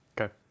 Okay